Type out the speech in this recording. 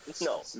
No